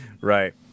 Right